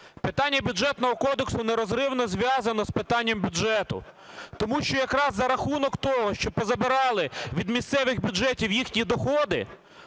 Питання Бюджетного кодексу нерозривно зв'язане з питанням бюджету, тому що якраз за рахунок того, що позабирали від місцевих бюджетів їх доходи,